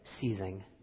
seizing